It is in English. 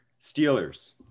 Steelers